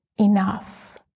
enough